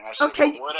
okay